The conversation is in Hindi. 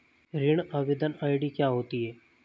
ऋण आवेदन आई.डी क्या होती है?